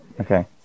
Okay